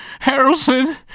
Harrelson